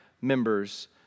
members